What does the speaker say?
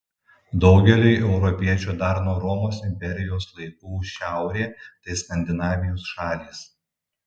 daugeliui europiečių dar nuo romos imperijos laikų šiaurė tai skandinavijos šalys